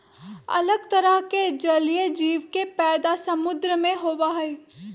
अलग तरह के जलीय जीव के पैदा समुद्र में होबा हई